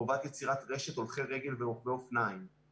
חובת יצירת רשת הולכי רגל ורוכבי אופניים,